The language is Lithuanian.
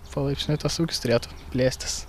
palaipsniui tas ūkis turėtų plėstis